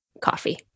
coffee